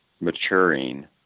maturing